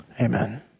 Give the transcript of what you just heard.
amen